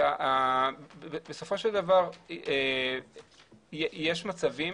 בסופו של דבר יש מצבים